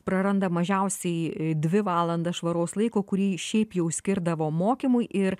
praranda mažiausiai dvi valandas švaraus laiko kurį šiaip jau skirdavo mokymui ir